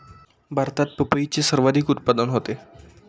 भारतात पपईचे सर्वाधिक उत्पादन होते